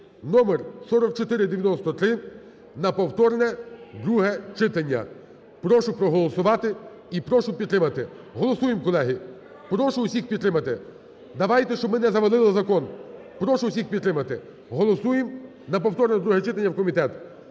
(номер 4493) на повторне друге читання. Прошу проголосувати і прошу підтримати. Голосуємо, колеги. Прошу усіх підтримати. Давайте, щоб ми не завалили закон. Прошу усіх підтримати. Голосуємо на повторне друге читання в комітет.